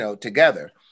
together